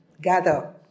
gather